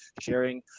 sharing